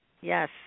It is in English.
Yes